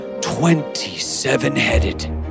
twenty-seven-headed